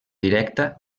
directa